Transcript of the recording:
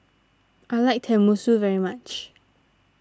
I like Tenmusu very much